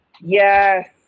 Yes